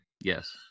Yes